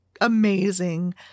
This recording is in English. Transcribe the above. amazing